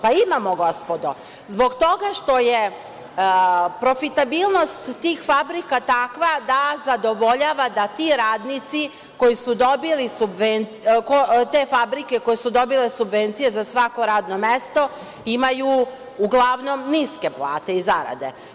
Pa, imamo, gospodo, zbog toga što je profitabilnost tih fabrika takva da zadovoljava da ti radnici koji su dobili te fabrike koje su dobile subvencije za svako radno mesto imaju uglavnom niske plate i zarade.